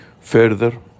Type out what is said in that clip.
Further